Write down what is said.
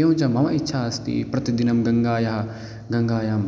एवं च मम इच्छा अस्ति प्रतिदिनं गङ्गायां गङ्गायाम्